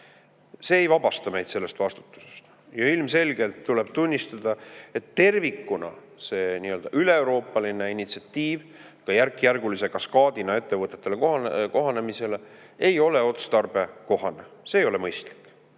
See ei vabasta meid sellest vastutusest. Ja ilmselgelt tuleb tunnistada, et tervikuna see üleeuroopaline initsiatiiv, ka järkjärgulise kaskaadina ettevõtete kohanemisele, ei ole otstarbekohane, see ei ole mõistlik.